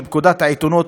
של פקודת העיתונות,